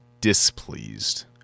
displeased